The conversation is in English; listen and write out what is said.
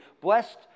Blessed